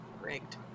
rigged